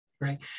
right